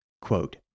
Quote